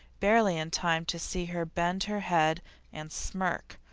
barely in time to see her bend her head and smirk,